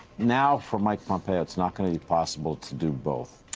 now for mike pompeo it's not going to be possible to do both,